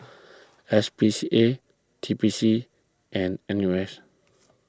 S P C A T P C and N U S